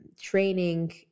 training